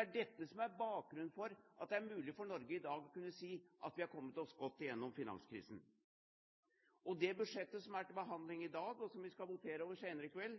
er dette som er bakgrunnen for at det er mulig for Norge i dag å kunne si at vi har kommet oss godt igjennom finanskrisen. Det budsjettet som er til behandling i dag, og som vi skal votere over